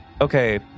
Okay